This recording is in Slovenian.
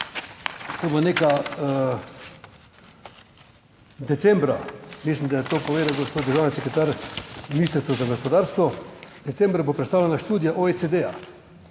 Ko bo neka, decembra, mislim, da je to povedal gospod državni sekretar z Ministrstva za gospodarstvo, decembra bo predstavljena študija OECD,